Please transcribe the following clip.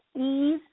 ease